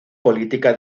política